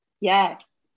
Yes